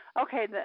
okay